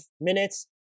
minutes